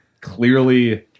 clearly